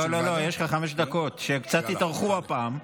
לא, יש לך חמש דקות שקצת התארכו הפעם.